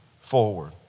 forward